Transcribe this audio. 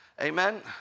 amen